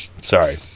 Sorry